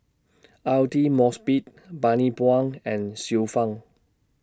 Aidli Mosbit Bani Buang and Xiu Fang